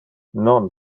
non